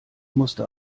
musste